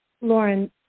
Lauren